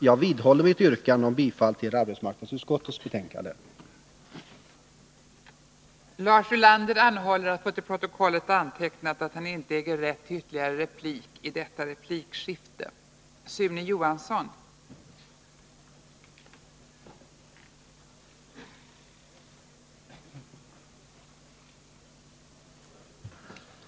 Jag vidhåller mitt yrkande om bifall till arbetsmarknadsutskottets hemställan i dess betänkande nr 6.